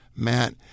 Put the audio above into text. Matt